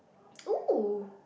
oh